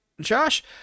Josh